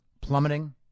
plummeting